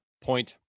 point